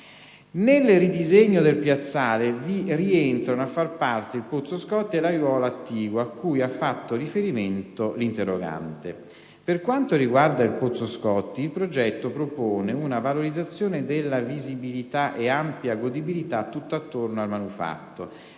Nel ridisegno del piazzale vi rientrano a far parte il Pozzo Scotti e l'aiuola attigua a cui ha fatto riferimento l'interrogante. Per quanto riguarda il Pozzo Scotti, il progetto propone una valorizzazione della visibilità e dell'ampia godibilità tutt'attorno al manufatto,